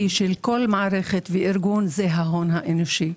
של כל מערכת וארגון זה ההון האנושי.